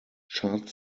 chart